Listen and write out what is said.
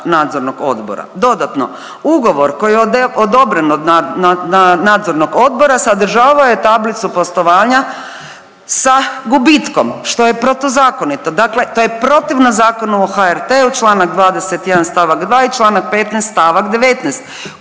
Nadzornog odbora. Dodatno, ugovor koji je odobren od Nadzornog odbora sadržavao je tablicu poslovanja sa gubitkom što je protuzakonito. Dakle, to je protivno Zakonu o HRT-u članak 21. stavak 2. i članak 15. stavak 19.